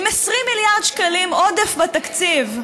עם 20 מיליארד שקלים עודף בתקציב,